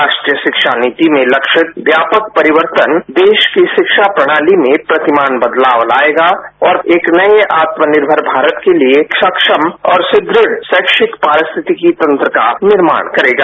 राष्ट्रीय शिक्षा नीति में लक्षित व्यापक परिवर्तन देश के शिक्षा प्रणाली में प्रतिमान बदलाव लाएगा और एक नये आत्मनिर्भर भारत के लिए सक्षम और सुदृढ़ शैक्षिक पारिस्थितिकी तंत्र का निर्माण करेगा